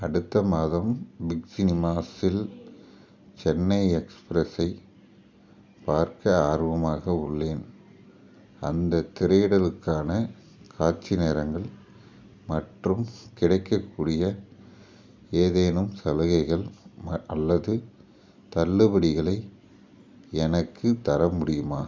அடுத்த மாதம் பிக் சினிமாஸில் சென்னை எக்ஸ்பிரஸ்ஸை பார்க்க ஆர்வமாக உள்ளேன் அந்தத் திரையிடலுக்கான காட்சி நேரங்கள் மற்றும் கிடைக்கக்கூடிய ஏதேனும் சலுகைகள் ம அல்லது தள்ளுபடிகளை எனக்குத் தர முடியுமா